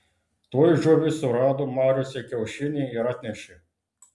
tuoj žuvys surado mariose kiaušinį ir atnešė